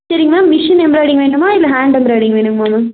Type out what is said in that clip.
சரிங்க ma'am machine embroidering வேணுமா இல்லை ஹேண்ட் எம்ப்ராய்டிங் வேணுமா மேம்